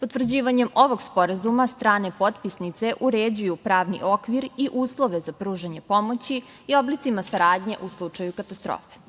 Potvrđivanjem ovog sporazuma strane potpisnice uređuju pravni okvir i uslove za pružanje pomoći i oblicima saradnje u slučaju katastrofe. Osnovni